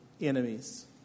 enemies